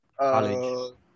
college